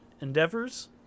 endeavors